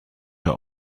her